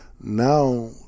Now